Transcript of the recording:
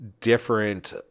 different